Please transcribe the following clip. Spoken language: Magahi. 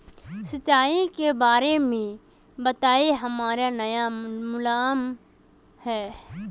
सिंचाई के बारे में बताई हमरा नय मालूम है?